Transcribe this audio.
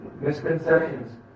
misconceptions